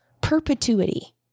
perpetuity